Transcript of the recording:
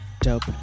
dope